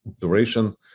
duration